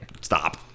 Stop